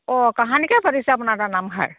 অঁ কাহানিকৈ পাতিছে আপোনালোকৰ নামষাৰ